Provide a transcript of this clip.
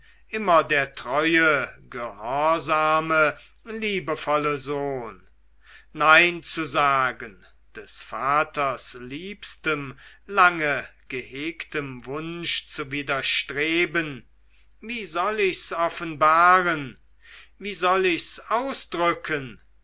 immer der treue gehorsame liebevolle sohn nein zu sagen des vaters liebstem lange gehegtem wunsch zu widerstreben wie soll ich's offenbaren wie soll ich's ausdrücken